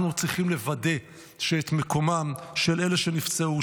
אנחנו צריכים לוודא שאת מקומם של אלה שנפצעו,